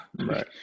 Right